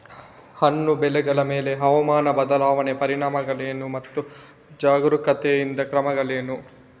ಹಣ್ಣು ಬೆಳೆಗಳ ಮೇಲೆ ಹವಾಮಾನ ಬದಲಾವಣೆಯ ಪರಿಣಾಮಗಳೇನು ಮತ್ತು ಜಾಗರೂಕತೆಯಿಂದ ಕ್ರಮಗಳೇನು?